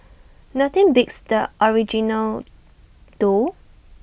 nothing beats the original though